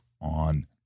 on